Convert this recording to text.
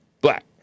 black